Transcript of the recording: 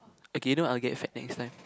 okay you know what I will get fat next time